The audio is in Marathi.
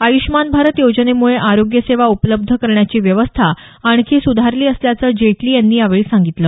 आय्ष्मान भारत योजनेमुळे आरोग्य सेवा उपलब्ध करण्याची व्यवस्था आणखी सुधारली असल्याचं जेटली यांनी यावेळी सांगितलं